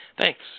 Thanks